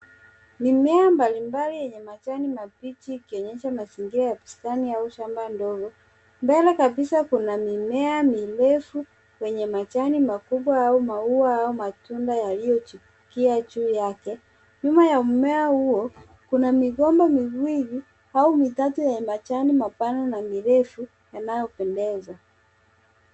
Mimea mbalimbali yenye majani mabichi ikionyesha mazingira ya bustani au shamba ndogo. Mbele kabisa kuna mimea mirefu wenye majani makubwa au maua au matunda yaliyochipukia juu yake. Nyuma ya mmea huo, kuna migombo miwili au mikato yenye majani mapana na mirefu yanayopendeza.